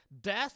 Death